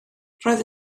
roedd